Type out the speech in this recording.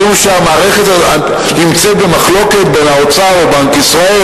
משום שהמערכת נמצאת במחלוקת בין האוצר ובנק ישראל,